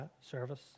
service